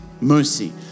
mercy